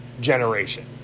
generation